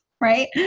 right